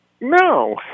No